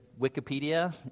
wikipedia